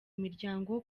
imiryango